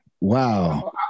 Wow